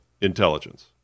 intelligence